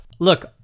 Look